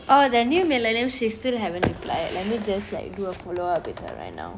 oh the new millennium she still haven't reply yet let me just like do a follow up with her right now